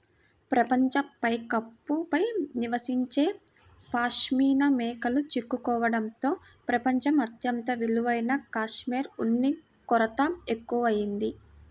ప్రపంచ పైకప్పు పై నివసించే పాష్మినా మేకలు చిక్కుకోవడంతో ప్రపంచం అత్యంత విలువైన కష్మెరె ఉన్ని కొరత ఎక్కువయింది